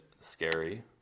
scary